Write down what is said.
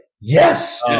yes